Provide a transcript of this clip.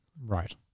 Right